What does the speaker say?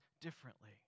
differently